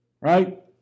right